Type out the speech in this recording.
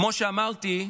כמו שאמרתי,